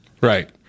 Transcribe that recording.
Right